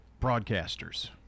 broadcasters